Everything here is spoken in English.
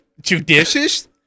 Judicious